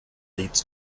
leads